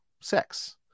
sex